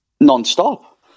non-stop